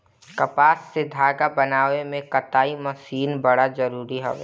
कपास से धागा बनावे में कताई मशीन बड़ा जरूरी हवे